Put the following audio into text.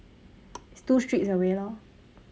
it's two streets away lor